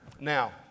Now